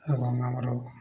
ଏବଂ ଆମର